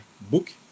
book